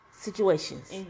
situations